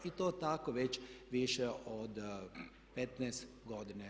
I to tako već više od 15 godina.